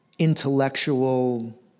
intellectual